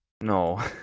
No